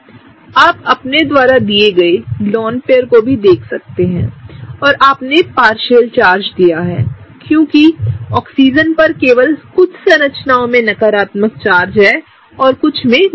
आप अपने द्वारा दिए गए लोन पेयर को भी देख सकते हैं और आपने पार्शियल चार्ज दिया है क्योंकि ऑक्सीजन पर कुछ संरचनाओं में नकारात्मक चार्ज है और कुछ में नहीं